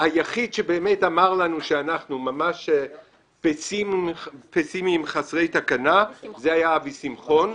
והיחיד שאמר לנו שאנחנו ממש פסימיים חסרי תקנה היה אבי שמחון.